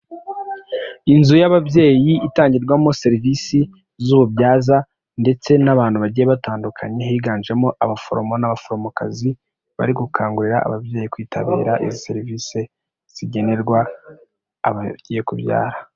Inzu y'ababyeyi itangirwamo serivisi z'ububyaza ndetse n'abantu bagiye batandukanye higanjemo abaforomo n'abaforomokazi, bari gukangurira ababyeyi kwitabira izi serivisi zigenerwa abagiye kubyara.